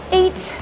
eight